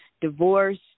divorce